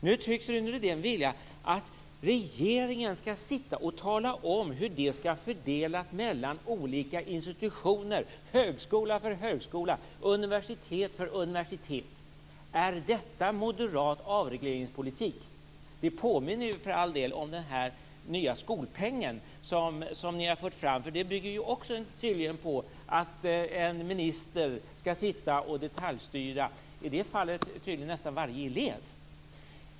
Nu tycks Rune Rydén vilja att regeringen skall sitta och tala om hur det skall fördelas mellan olika institutioner, högskola för högskola, universitet för universitet. Är detta moderat avregleringspolitik? Det påminner för all del om den nya skolpengen som ni har fört fram. Den bygger tydligen också på att en minister skall sitta och detaljstyra, i det fallet tydligen nästan varje elev.